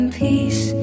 peace